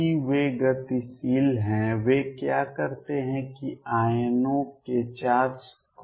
चूंकि वे गतिशील हैं वे क्या करते हैं कि वे आयनों के चार्ज को परखते हैं